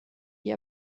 die